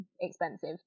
expensive